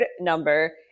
number